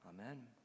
Amen